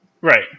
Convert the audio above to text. right